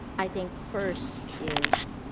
i think first is,